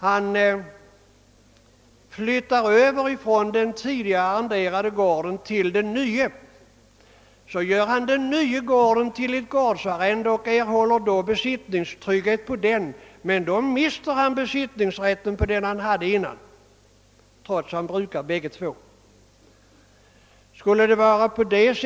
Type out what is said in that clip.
han den nya gården till ett gårdsarrende och behåller då besittningstryggheten till den, men då mister han besittningsrätten till den han hade förut, trots att han brukar bägge.